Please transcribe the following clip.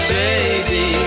baby